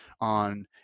on